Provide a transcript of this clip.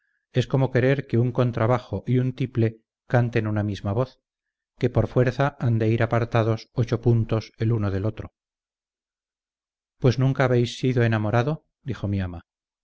es como querer que un contrabajo y un tiple canten una misma voz que por fuerza han de ir apartados ocho puntos el uno del otro pues nunca habéis sido enamorado dijo mi ama